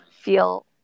feel